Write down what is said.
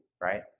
right